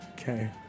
Okay